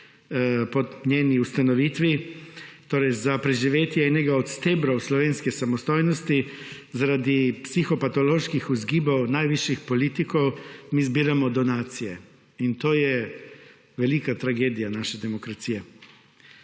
po njeni ustanovitvi torej za preživetje enega od stebrov slovenske samostojnosti, zaradi psihopatoloških vzgibov najvišjih politikov mi zbiramo donacije in to je velika tragedija naše demokracije,